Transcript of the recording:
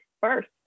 first